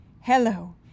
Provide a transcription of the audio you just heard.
Hello